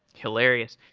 hilarious.